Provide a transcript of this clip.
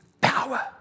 power